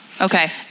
Okay